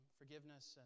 forgiveness